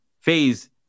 phase